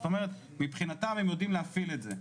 זאת אומרת מבחינתם הם יודעים להפעיל את זה,